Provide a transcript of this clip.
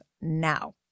now